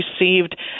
received